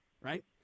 Right